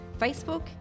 Facebook